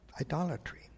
idolatry